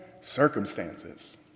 circumstances